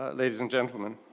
ah ladies and gentlemen.